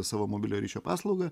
savo mobiliojo ryšio paslaugą